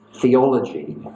theology